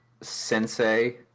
sensei